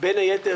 בין היתר,